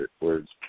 words